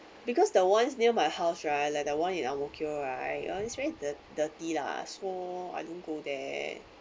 because the ones near my house right like the one in Ang Mo Kio right that one very dir~ dirty lah so I don't go there